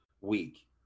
week